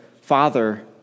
father